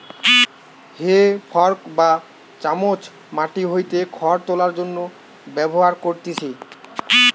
হে fork বা চামচ মাটি হইতে খড় তোলার জন্য ব্যবহার করতিছে